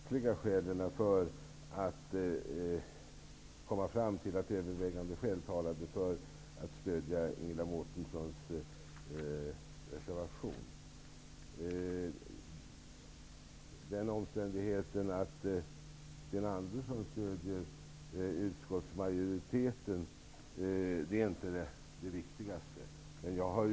Herr talman! Det viktigaste är att jag nämnde de övervägande skälen som talade för att stödja Ingela Mårtenssons reservation. Den omständigheten att Sten Andersson i Malmö stödjer utskottsmajoriteten är inte viktigast.